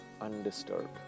undisturbed